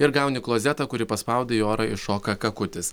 ir gauni klozetą kurį paspaudai į orą iššoka kakutis